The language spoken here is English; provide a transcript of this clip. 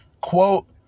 Quote